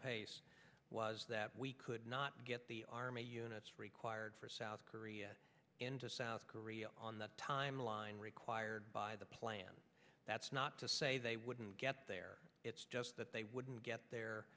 pace was that we could not get the army units required for south korea into south korea on that timeline required by the plan that's not to say they wouldn't get there it's just that they wouldn't get there